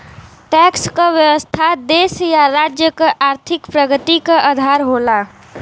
tax क व्यवस्था देश या राज्य क आर्थिक प्रगति क आधार होला